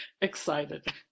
excited